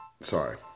sorry